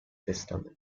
testamento